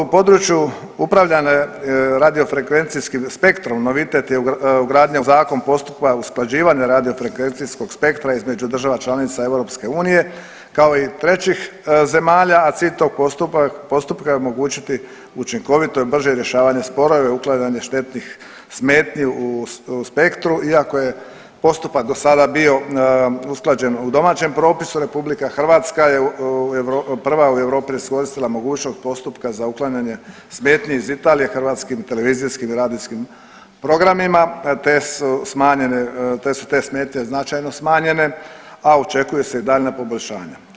U području upravljanje radiofrekvencijskim spektrom, novitet je ugradnja u Zakon postupka usklađivanja radiofrekvencijskog spektra između država članica EU, kao i trećih zemalja, a cilj tog postupka je omogućiti učinkovito i brže rješavanje spora i uklanjanje štetnih smetnji u spektru iako je postupak do sada bio usklađen u domaćem propisu RH je prva u Europi iskoristila mogućnost postupka za uklanjanje smetnji iz Italije hrvatskim televizijskim i radijskim programima te su te smetnje značajno smanjene, a očekuje se i daljnja poboljšanja.